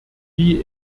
die